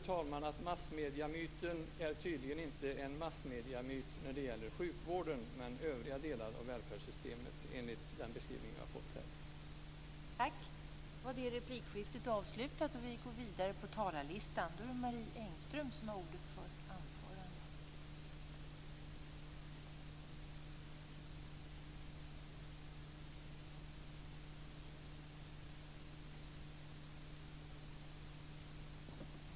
Jag noterar att massmediemyten tydligen inte är en massmediemyt när det gäller sjukvården, men när det gäller övriga delar av välfärdssystemet, enligt den beskrivning vi har fått här.